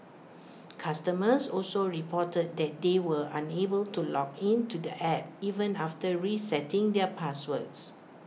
customers also reported that they were were unable to log in to the app even after resetting their passwords